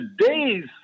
today's